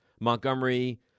Montgomery